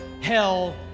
hell